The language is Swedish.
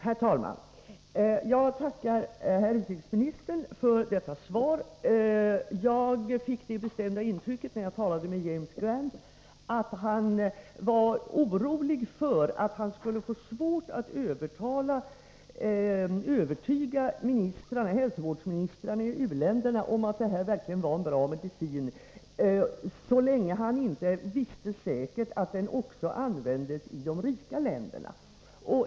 Herr talman! Jag tackar utrikesministern för detta svar. Jag fick det bestämda intrycket när jag talade med James Grant att han var orolig för att han skulle få svårt att övertyga hälsovårdsministrarna i uländerna om att detta verkligen är en bra medicin, så länge han inte visste säkert att den också används i de rika länderna.